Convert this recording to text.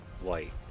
white